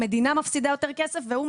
המדינה מפסידה יותר כסף והוא,